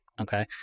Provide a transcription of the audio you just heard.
Okay